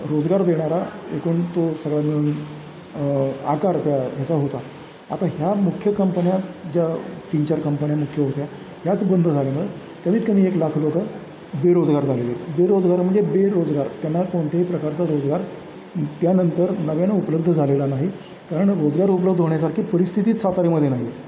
रोजगार देणारा एकूण तो सगळा मिळून आकार त्या ह्याचा होता आता ह्या मुख्य कंपन्यात ज्या तीन चार कंपन्या मुख्य होत्या ह्याच बंद झाल्यामुळं कमीत कमी एक लाख लोकं बेरोजगार झालेले बेरोजगार म्हणजे बेरोजगार त्यांना कोणत्याही प्रकारचा रोजगार त्यानंतर नव्यानं उपलब्ध झालेला नाही कारण रोजगार उपलब्ध होण्यासारखी परिस्थितीच साताऱ्यामध्ये नाही